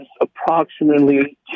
approximately